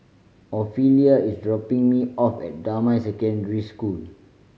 Ofelia is dropping me off at Damai Secondary School